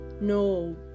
No